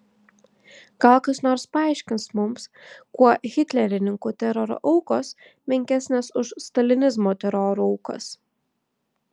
gal kas nors paaiškins mums kuo hitlerininkų teroro aukos menkesnės už stalinizmo teroro aukas